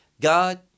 God